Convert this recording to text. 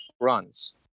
runs